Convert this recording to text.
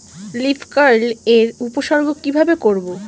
Leaf curl এর উপসর্গ কিভাবে করব?